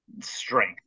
strength